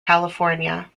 california